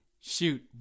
shoot